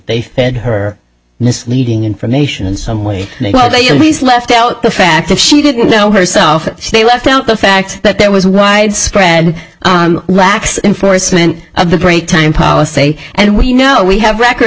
they fed her misleading information in some way and while they always left out the fact that she didn't know herself she left out the fact that there was widespread lax enforcement of the break time policy and we know we have record